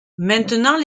maintenant